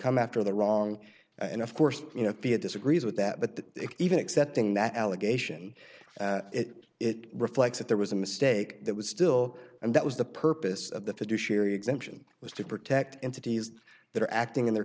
come after the wrong and of course you know fia disagrees with that but even accepting that allegation it it reflects that there was a mistake that was still and that was the purpose of the fiduciary exemption was to protect entities that are acting in their